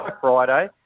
Friday